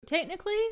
Technically